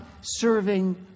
serving